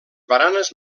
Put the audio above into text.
baranes